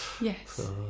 Yes